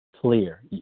clear